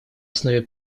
основе